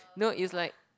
no it's like